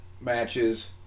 matches